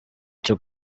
cyo